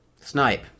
Snipe